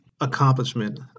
accomplishment